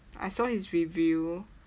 I saw his review